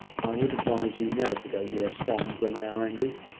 would advise you never to go near swans when they are angry.